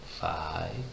Five